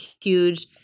huge